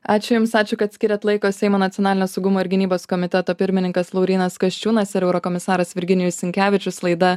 ačiū jums ačiū kad skiriat laiko seimo nacionalinio saugumo ir gynybos komiteto pirmininkas laurynas kasčiūnas ir eurokomisaras virginijus sinkevičius laida